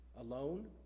alone